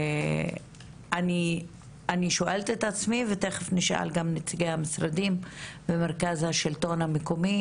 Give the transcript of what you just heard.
אני שואלת את עצמי ותיכף נשאל גם נציגי המשרדים ומרכז השלטון המקומי,